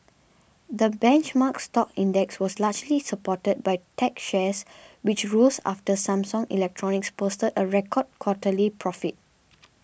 the benchmark stock index was largely supported by tech shares which rose after Samsung Electronics posted a record quarterly profit